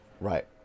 Right